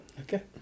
Okay